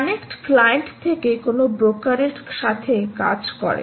connect client থেকে কোনও ব্রোকারের সাথে কাজ করে